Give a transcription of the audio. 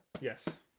Yes